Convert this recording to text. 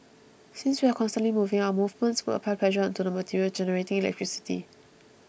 since we are constantly moving our movements would apply pressure onto the material generating electricity